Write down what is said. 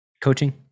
coaching